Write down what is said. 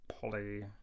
Polly